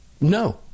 No